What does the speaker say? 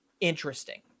interesting